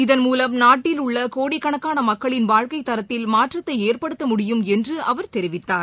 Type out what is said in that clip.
இதன்மூலம் நாட்டில் உள்ளகோடிக்காணக்கானமக்களின் வாழ்க்கைதரத்தில் மாற்றத்தைஏற்படுத்த முடியும் என்றுஅவர் தெரிவித்தார்